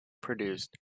produced